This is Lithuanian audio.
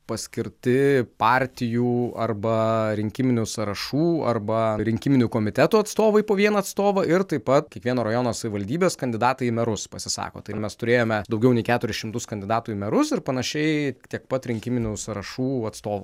paskirti partijų arba rinkiminių sąrašų arba rinkiminių komitetų atstovai po vieną atstovą ir taip pat kiekvieno rajono savivaldybės kandidatai į merus pasisako tai mes turėjome daugiau nei keturis šimtus kandidatų į merus ir panašiai tiek pat rinkiminių sąrašų atstovų